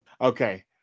Okay